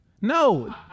No